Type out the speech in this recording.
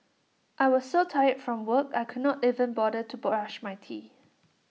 I was so tired from work I could not even bother to brush my teeth